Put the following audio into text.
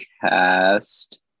cast